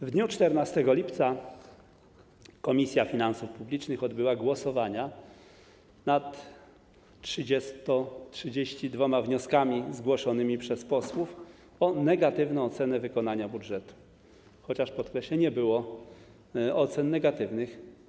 W dniu 14 lipca Komisja Finansów Publicznych odbyła głosowania nad 32 wnioskami zgłoszonymi przez posłów o negatywną ocenę wykonania budżetu, chociaż - podkreślę - nie było ocen negatywnych.